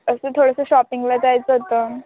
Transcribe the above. असं थोडंसं शॉपिंगला जायचं होतं